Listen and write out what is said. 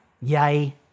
yay